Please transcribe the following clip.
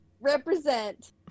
represent